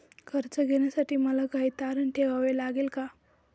कर्ज घेण्यासाठी मला काही तारण ठेवावे लागेल का?